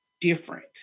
different